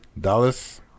Dallas